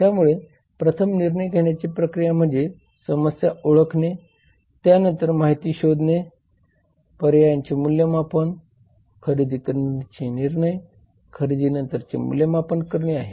त्यामुळे प्रथम निर्णय घेण्याची प्रक्रिया म्हणजे समस्या ओळखणे त्यानंतर माहिती शोधणे पर्यायांचे मूल्यमापन खरेदी निर्णय आणि खरेदीनंतरचे मूल्यमापन करणे आहे